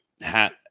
hat